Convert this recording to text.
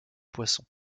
poisson